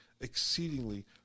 exceedingly